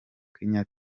kenya